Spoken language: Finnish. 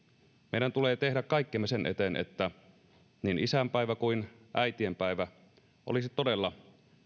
meidän tulee tehdä kaikkemme sen eteen että niin isänpäivä kuin äitienpäivä olisi todella